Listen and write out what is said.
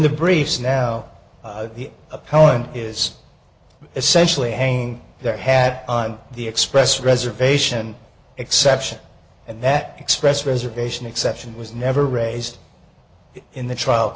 the briefs now the appellant is essentially hanging their hat on the express reservation exception and that express reservation exception was never raised in the trial